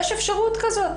יש אפשרות כזאת,